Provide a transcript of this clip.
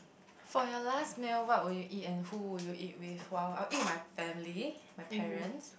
for your last meal what would you eat and who will you eat with well I'll eat with my family my parents